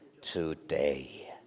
today